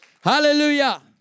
Hallelujah